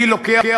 מי לוקח,